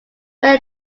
when